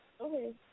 Okay